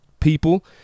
people